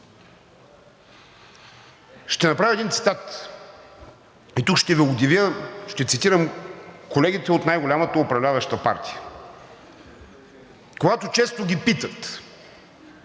Ще направя един цитат и тук ще Ви удивя – ще цитирам колегите от най-голямата управляваща партия. Когато често ги питат